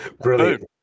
Brilliant